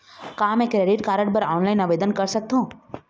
का मैं credit card बर ऑनलाइन आवेदन कर सकथों?